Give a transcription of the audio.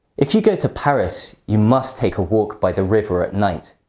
if you go to paris, you must take a walk by the river at night.